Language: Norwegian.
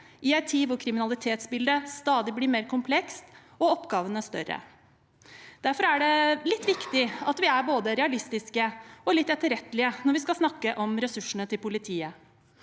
i en tid hvor kriminalitetsbildet stadig blir mer komplekst og oppgavene større. Derfor er det litt viktig at vi er både realistiske og litt etterrettelige når vi skal snakke om ressursene til politiet.